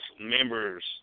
members